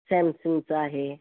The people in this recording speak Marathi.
सॅमसंगचं आहे